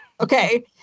Okay